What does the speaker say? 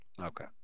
Okay